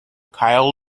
kyle